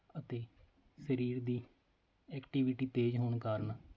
ਅਤੇ ਸਰੀਰ ਦੀ ਐਕਟੀਵਿਟੀ ਤੇਜ਼ ਹੋਣ ਕਾਰਨ